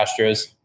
Astros